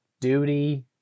Duty